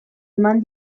eman